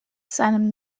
seinem